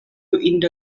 indo